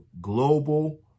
Global